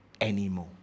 anymore